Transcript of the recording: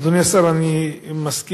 אדוני השר, אני מסכים